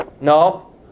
No